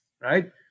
right